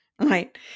right